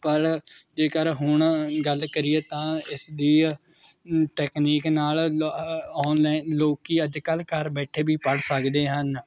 ਪਰ ਜੇਕਰ ਹੁਣ ਗੱਲ ਕਰੀਏ ਤਾਂ ਇਸ ਦੀ ਟੈਕਨੀਕ ਨਾਲ ਔਨਲਾਈਨ ਲੋਕ ਅੱਜ ਕੱਲ੍ਹ ਘਰ ਬੈਠੇ ਵੀ ਪੜ੍ਹ ਸਕਦੇ ਹਨ